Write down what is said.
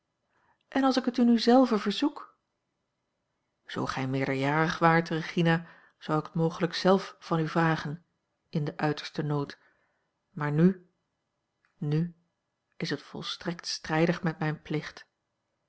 en als ik het u nu zelve verzoek zoo gij meerderjarig waart regina zou ik het mogelijk zelf a l g bosboom-toussaint langs een omweg van u vragen in den uitersten nood maar nu nu is het volstrekt strijdig met mijn plicht